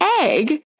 egg